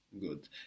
Good